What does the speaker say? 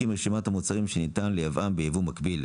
מרשימת המוצרים שניתן לייבאם בייבוא מקביל.